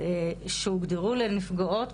שהוגדרו לנפגעות,